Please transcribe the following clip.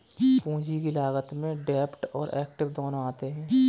पूंजी की लागत में डेब्ट और एक्विट दोनों आते हैं